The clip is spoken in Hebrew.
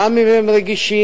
גם אם הם רגישים,